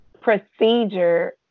procedure